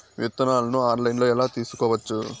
విత్తనాలను ఆన్లైన్లో ఎలా తీసుకోవచ్చు